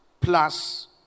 Plus